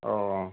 ও